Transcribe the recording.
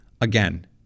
Again